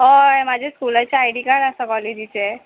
हय म्हाजे स्कुलाचे आय डी कार्ड आसा कॉलेजीचे